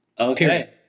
Okay